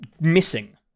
missing